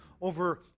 over